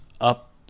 up